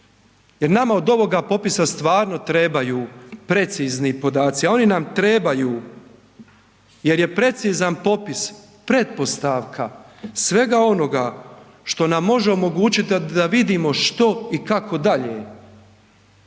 jer nama od ovoga popisa stvarno trebaju precizni podaci, a oni nam trebaju jer je precizan popis pretpostavka svega onoga što nam može omogućiti da vidimo što i kako dalje,